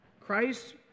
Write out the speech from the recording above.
Christ